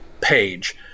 page